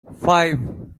five